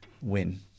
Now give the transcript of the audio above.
win